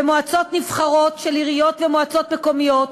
ומועצות נבחרות של עיריות ושל מועצות מקומיות